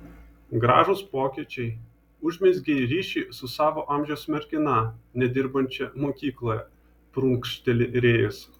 gražūs pokyčiai užmezgei ryšį su savo amžiaus mergina nedirbančia mokykloje prunkšteli rėjus